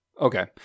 Okay